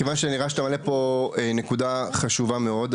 כיוון שנראה שאתה מעלה פה נקודה חשובה מאוד,